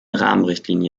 rahmenrichtlinie